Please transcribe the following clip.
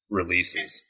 releases